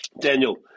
Daniel